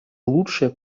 лучшее